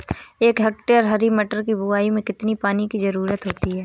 एक हेक्टेयर हरी मटर की बुवाई में कितनी पानी की ज़रुरत होती है?